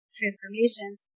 transformations